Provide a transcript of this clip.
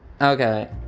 Okay